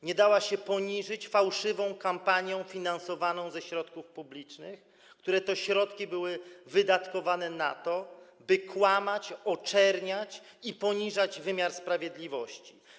Nie dała się poniżyć fałszywą kampanią, finansowaną ze środków publicznych, które to środki były wydatkowane na to, by kłamać, oczerniać i poniżać wymiar sprawiedliwości.